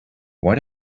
why